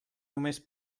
només